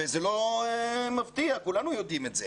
וזה לא מפתיע, כולנו יודעים את זה